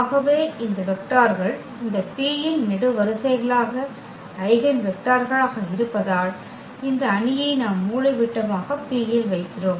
ஆகவே இந்த வெக்டார்கள் இந்த P இன் நெடுவரிசைகளாக ஐகென் வெக்டர்களாக இருப்பதால் இந்த அணியை நாம் மூலைவிட்டமாக P ல் வைக்கிறோம்